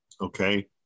Okay